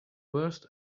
worst